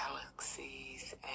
galaxies